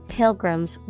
pilgrims